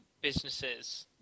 businesses